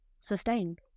sustained